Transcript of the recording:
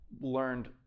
learned